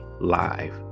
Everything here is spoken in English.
live